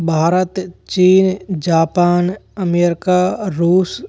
भारत चीन Japan America रूस